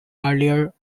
earlier